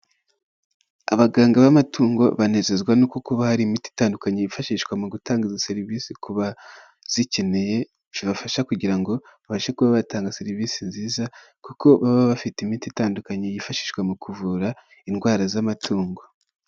Abaganga b'amatungo banezezwa no kuba hari imiti itandukanye yifashishwa mu gutanga izo serivisi ku bazikeneye, zibafasha kugira ngo babashe kuba batanga serivisi nziza kuko baba bafite imiti itandukanye yifashishwa mu kuvura indwara z'amatungo.